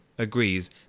agrees